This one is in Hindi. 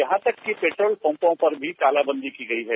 यहां तक कि पेट्रोल पंपों पर भी तालाबंदी की गई है